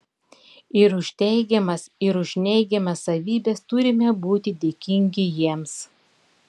ir už teigiamas ir už neigiamas savybes turime būti dėkingi jiems